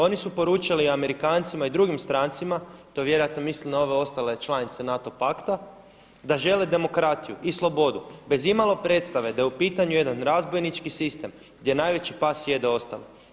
Oni su poručili Amerikancima i drugim strancima to vjerojatno misli na ove ostale članice NATO pakta da žele demokraciju i slobodu bez imalo predstave da je u pitanju jedan razbojnički sistem gdje najveći pas jede ostale.